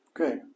Okay